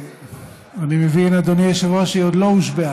שאני מבין, אדוני היושב-ראש, שהיא עוד לא הושבעה.